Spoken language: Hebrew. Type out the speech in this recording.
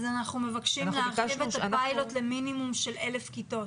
אנחנו מבקשים להרחיב את הפיילוט למינימום של אלף כיתות.